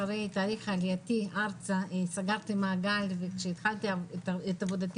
אחרי תהליך עלייתי ארצה סגרתי מעגל כשהתחלתי את עבודתי